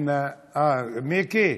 מיקי,